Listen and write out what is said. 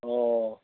অঁ